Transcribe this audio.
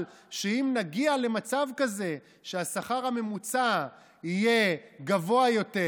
שאם נגיע למצב כזה שהשכר הממוצע יהיה גבוה יותר,